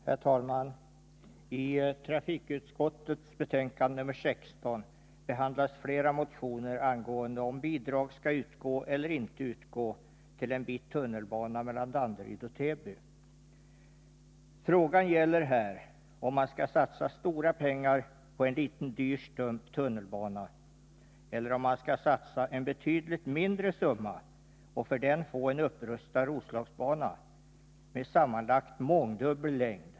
Herr talman! I trafikutskottets betänkande nr 16 behandlas flera motioner om huruvida bidrag skall utgå eller inte utgå till en bit tunnelbana mellan Danderyd och Täby. Frågan gäller här om man skall satsa stora pengar på en dyr liten stump tunnelbana eller om man skall satsa en betydligt mindre summa och för den få en upprustad Roslagsbana med sammanlagt mångdubbel längd.